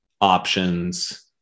options